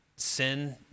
Sin